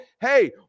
hey